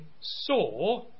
saw